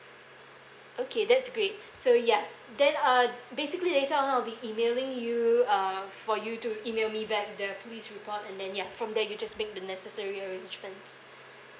okay that's great so ya then uh basically later on I'll be emailing you uh for you to email me back the police report and then ya from there you just make the necessary arrangements